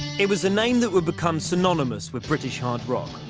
it was a name that would become synonymous with british hard rock,